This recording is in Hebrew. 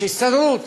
יש הסתדרות,